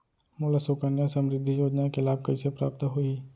मोला सुकन्या समृद्धि योजना के लाभ कइसे प्राप्त होही?